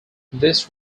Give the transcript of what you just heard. this